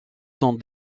sont